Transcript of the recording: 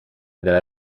della